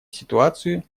ситуацию